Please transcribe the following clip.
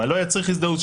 מה לא יצריך הזדהות,